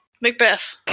Macbeth